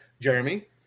Jeremy